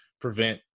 prevent